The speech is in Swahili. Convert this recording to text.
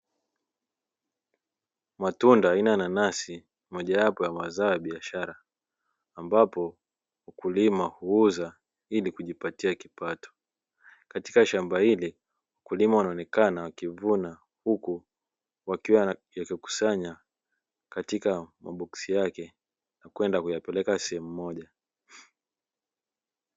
Matunda aina ya nanasi mojawapo wa zao la biashara ambapo mkulima huuza ili kujipatia kipato. Katika shamba hili wakulima wanaonekana wakivuna huku wakikusanya katika maboksi yake kwenda kuyapeleka sehemu moja.